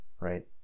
right